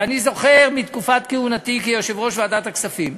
אני זוכר מתקופת כהונתי כיושב-ראש ועדת הכספים.